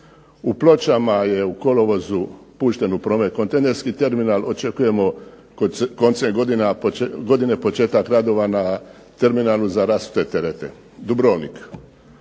U Pločama je u kolovozu pušten u promet kontejnerski terminal. Očekujemo koncem godine početak radova na terminalu za rasute terete. Dubrovnik.